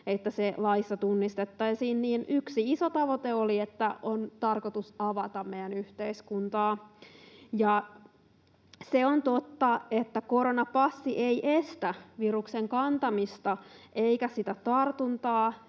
että se laissa tunnistettaisiin, niin yksi iso tavoite oli, että on tarkoitus avata meidän yhteiskuntaa. Se on totta, että koronapassi ei estä viruksen kantamista eikä sitä tartuntaa